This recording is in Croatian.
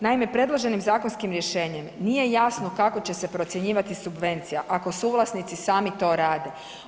Naime, predloženim zakonskim rješenjem nije jasno kako će se procjenjivati subvencija ako suvlasnici sami to rade.